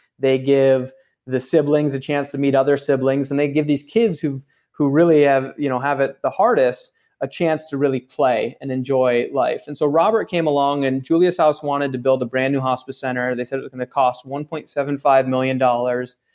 they give the siblings a chance to meet other siblings, and they give these kids who who really have you know have it the hardest a chance to really play, and enjoy life. and so robert came along and julius house wanted to build a brand new hospice center they said it was going to cost one point seven five million dollars,